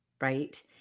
Right